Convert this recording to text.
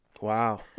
Wow